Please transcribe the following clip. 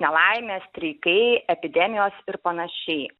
nelaimės streikai epidemijos ir panašiai